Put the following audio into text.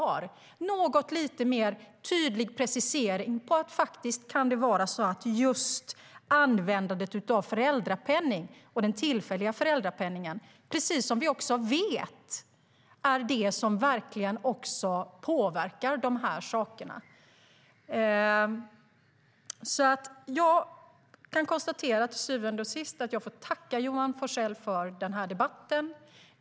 Det är något lite mer tydlig precisering om att det faktiskt kan vara just användandet av föräldrapenning och den tillfälliga föräldrapenningen - precis som vi vet - som är det som verkligen påverkar. Jag konstaterar till syvende och sist att jag får tacka Johan Forssell för debatten.